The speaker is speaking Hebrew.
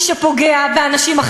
--- כבוד לאדם.